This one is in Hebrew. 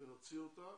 ונוציא אותה.